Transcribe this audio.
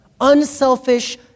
Unselfish